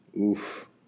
Oof